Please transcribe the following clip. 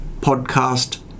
podcast